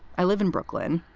i live in brooklyn.